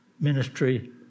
ministry